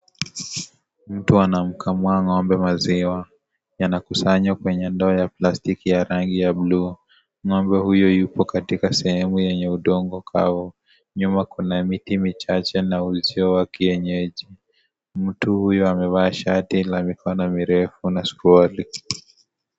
Mtu anamkamua ng'ombe maziwa yanakusanywa kwenye ndoo ya plastiki ya rangi ya bluu, ng'ombe huyu yuko katika sehemu yenye udongo kwao, nyuma kuna miti michache na uhusio wa kienyeji, mtu huyo amevaa shati la mikono mirefu na suruali.